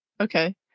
okay